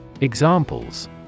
Examples